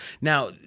Now